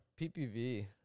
PPV